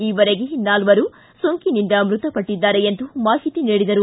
ಈವರೆಗೆ ನಾಲ್ವರು ಸೋಂಕಿನಿಂದ ಮೃತಪಟ್ಟದ್ದಾರೆ ಎಂದು ಮಾಹಿತಿ ನೀಡಿದರು